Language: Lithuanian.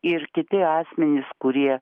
ir kiti asmenys kurie